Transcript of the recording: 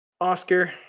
Oscar